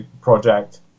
project